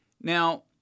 Now